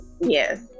Yes